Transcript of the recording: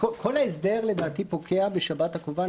כל ההסדר לדעתי פוקע בשבת הקרובה,